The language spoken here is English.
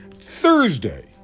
Thursday